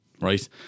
right